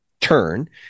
turn